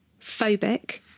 phobic